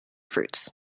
fruits